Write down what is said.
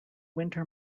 winter